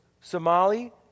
Somali